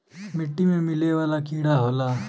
मिट्टी में मिले वाला कीड़ा होला